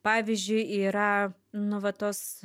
pavyzdžiui yra nu vat tos